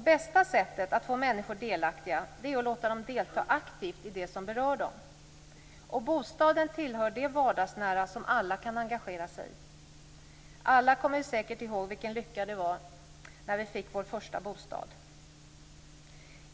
Bästa sättet att få människor delaktiga är att låta dem delta aktivt i det som berör dem. Och bostaden tillhör det vardagsnära som alla kan engagera sig i. Alla kommer vi säkert ihåg vilken lycka det var när vi fick vår första bostad.